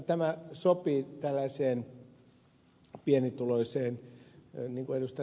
tämä sopii tällaiseen pienituloiseen niin kuin ed